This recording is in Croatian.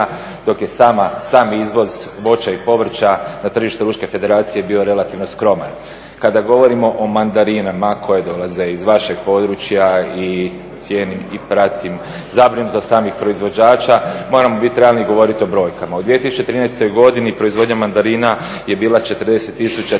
dok je sam izvoz voća i povrća na tržištu Ruske federacije bio relativno skroman. Kada govorimo o mandarinama koje dolaze iz vašeg područja i cijenim i pratim zabrinutost samih proizvođača moramo biti realni i govoriti o brojkama. U 2013. godini proizvodnja mandarina je bila 40 tisuća